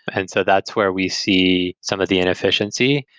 and so that's where we see some of the inefficiency.